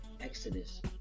Exodus